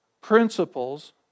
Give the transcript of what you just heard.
principles